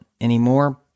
anymore